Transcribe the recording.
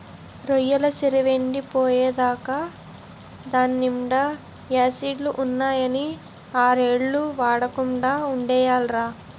రొయ్యెల సెరువెండి పోయేకా దాన్నీండా యాసిడ్లే ఉన్నాయని ఆర్నెల్లు వాడకుండా వొగ్గియాలిరా